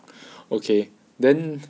okay then